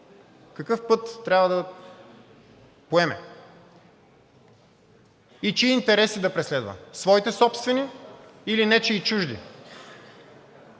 какъв път трябва да поеме и чии интереси да преследва. Своите собствени или нечии чужди.